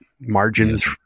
margins